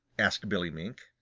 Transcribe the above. asked billy mink.